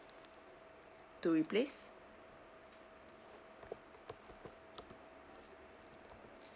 to replace